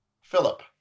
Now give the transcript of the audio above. Philip